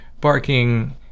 barking